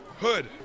Hood